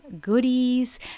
goodies